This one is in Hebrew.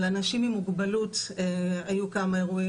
על אנשים עם מוגבלות היו כמה אירועים,